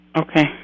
Okay